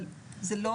אבל זה לא